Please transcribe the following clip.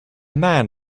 man